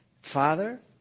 Father